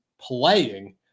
playing